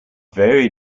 very